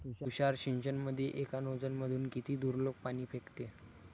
तुषार सिंचनमंदी एका नोजल मधून किती दुरलोक पाणी फेकते?